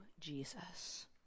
Jesus